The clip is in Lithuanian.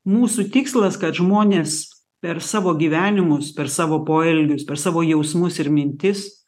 mūsų tikslas kad žmonės per savo gyvenimus per savo poelgius per savo jausmus ir mintis